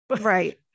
right